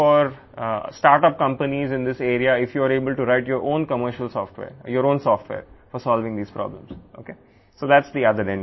కాబట్టి ఈ సమస్యల పరిష్కారం కోసం మీరు మీ స్వంత వాణిజ్య సాఫ్ట్వేర్ లేదా మీ స్వంత సాఫ్ట్వేర్ని వ్రాయగలిగితే దీనిలో స్టార్టప్ కంపెనీలకు చాలా అవకాశాలు ఉన్నాయని మీరు తెలుసుకోవాలి